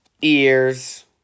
ears